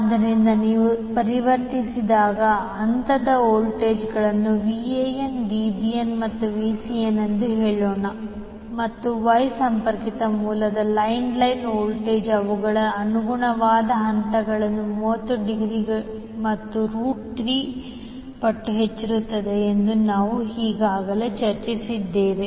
ಆದ್ದರಿಂದ ನೀವು ಪರಿವರ್ತಿಸಿದಾಗ ಹಂತದ ವೋಲ್ಟೇಜ್ಗಳು Van Vbn ಮತ್ತು Vcn ಎಂದು ಹೇಳೋಣ ಮತ್ತು Y ಸಂಪರ್ಕಿತ ಮೂಲದ ಲೈನ್ ಲೈನ್ ವೋಲ್ಟೇಜ್ ಅವುಗಳ ಅನುಗುಣವಾದ ಹಂತವನ್ನು 30 ಡಿಗ್ರಿ ಮತ್ತು ರೂಟ್ 3 ಪಟ್ಟು ಹೆಚ್ಚಿಸುತ್ತದೆ ಎಂದು ನಾವು ಈಗಾಗಲೇ ಚರ್ಚಿಸಿದ್ದೇವೆ